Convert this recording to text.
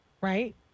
Right